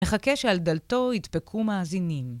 מחכה שעל דלתו ידפקו מאזינים.